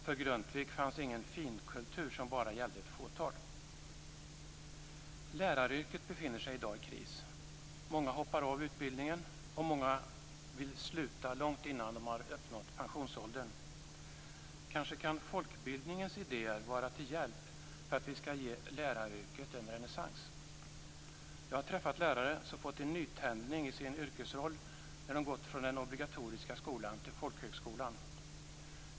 För Grundtvig fanns ingen "finkultur" som bara gällde ett fåtal. Läraryrket befinner sig i dag i kris. Många hoppar av utbildningen, och många vill sluta långt innan de uppnått pensionsåldern. Kanske kan folkbildningens idéer vara till hjälp för att ge läraryrket en renässans. Jag har träffat lärare som fått en nytändning i sin yrkesroll när de gått från den obligatoriska skolan till folkhögskolan.